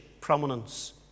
prominence